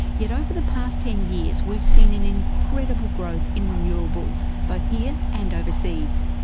yet over the past ten years we've seen an incredible growth in renewables, both here and overseas.